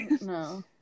No